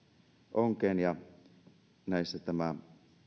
onkeen ja